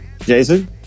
Jason